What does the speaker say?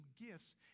gifts